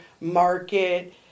market